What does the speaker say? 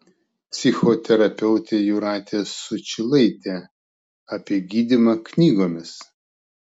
psichoterapeutė jūratė sučylaitė apie gydymą knygomis